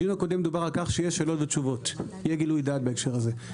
בדיון הקודם דובר על כך שיש שאלות ותשובות יהיה גילוי דעת בהקשר הזה,